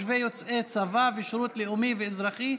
צבא ושירות לאומי ואזרחי,